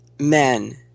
men